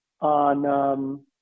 on –